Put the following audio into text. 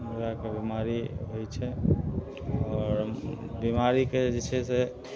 रङ्ग रङ्गके बीमारी होइ छै आओर बीमारीके जे छै से